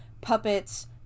puppets